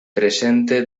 presente